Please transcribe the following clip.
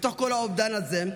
בתוך כל האובדן הזה,